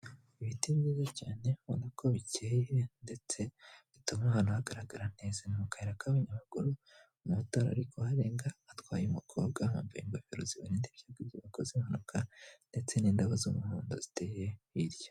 Ibiti byiza cyane, ubona ko bikeye ndetse bituma ahantu hagaragara neza, mu kayira k'abanyamaguru umumotari ari kuharenga, atwaye umukobwa wambaye ingofero zimurinda igihe akoze impanuka ndetse n'indabo z'umuhondo ziteye hirya.